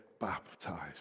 baptized